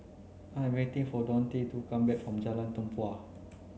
I'm waiting for Dante to come back from Jalan Tempua